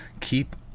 keep